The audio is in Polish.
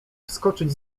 wskoczyć